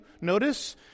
Notice